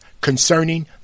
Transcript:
concerning